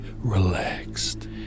relaxed